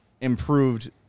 improved